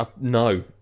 No